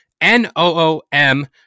N-O-O-M